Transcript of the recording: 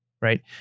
right